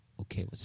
okay